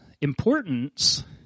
importance